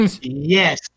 Yes